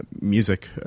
Music